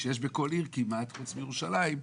שיש בכל עיר כמעט חוץ מירושלים,